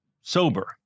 sober